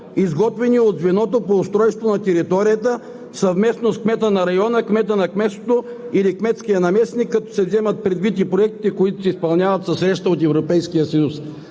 изготвени от звеното по устройство на територията, съвместно с кмета на района, кмета на кметството или кметския наместник, като се взимат предвид и проектите, които се изпълняват със средства от Европейския съюз.“